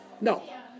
No